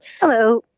Hello